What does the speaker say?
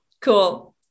Cool